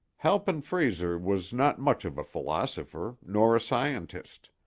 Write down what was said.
halpin frayser was not much of a philosopher, nor a scientist.